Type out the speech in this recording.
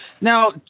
Now